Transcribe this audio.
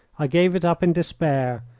i gave it up in despair,